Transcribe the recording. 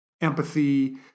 empathy